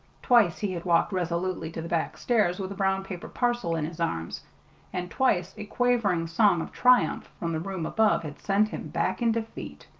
twice he had walked resolutely to the back stairs with a brown-paper parcel in his arms and twice a quavering song of triumph from the room above had sent him back in defeat.